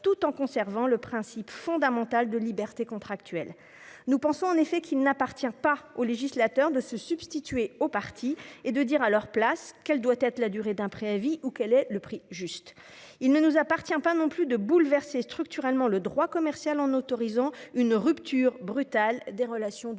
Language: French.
tout en conservant le principe fondamental de liberté contractuelle. Nous pensons, en effet, qu'il n'appartient pas au législateur de se substituer aux parties et de dire à leur place quelle est la durée d'un préavis ou quel est le prix juste. Il ne nous appartient pas non plus de bouleverser structurellement le droit commercial en autorisant la rupture brutale des relations du